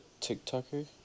TikToker